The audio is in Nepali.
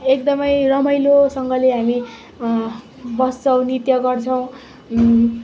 एकदमै रमाइलोसँगले हामी बस्छौँ नृत्य गर्छौँ